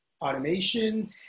automation